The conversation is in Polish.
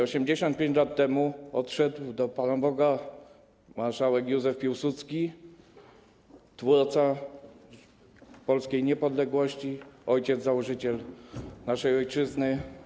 85 lat temu odszedł do Pana Boga marszałek Józef Piłsudski, twórca polskiej niepodległości, ojciec założyciel naszej ojczyzny.